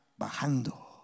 bajando